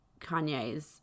Kanye's